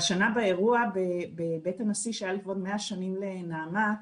והשנה באירוע בבית הנשיא שהתקיים לכבוד 100 שנים לנעמ"ת,